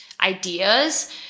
ideas